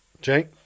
Jake